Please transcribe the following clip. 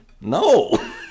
No